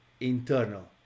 internal